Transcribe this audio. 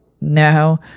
Now